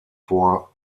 vor